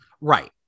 Right